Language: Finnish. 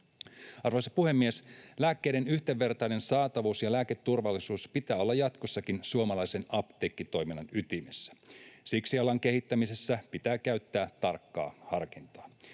Arvoisa puhemies! Lääkkeiden yhdenvertaisen saatavuuden ja lääketurvallisuuden pitää olla jatkossakin suomalaisen apteekkitoiminnan ytimessä. Siksi alan kehittämisessä pitää käyttää tarkkaa harkintaa.